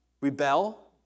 Rebel